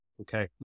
Okay